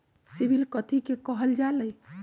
CIBIL कथि के काहल जा लई?